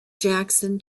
jackson